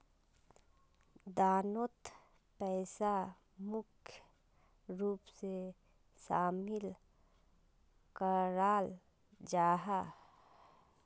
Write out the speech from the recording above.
दानोत पैसा मुख्य रूप से शामिल कराल जाहा